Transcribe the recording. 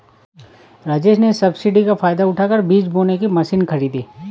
राजेश ने सब्सिडी का फायदा उठाकर बीज बोने की मशीन खरीदी